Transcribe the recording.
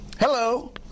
Hello